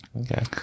Okay